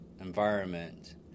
environment